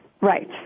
Right